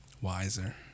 wiser